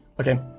okay